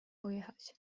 pojechać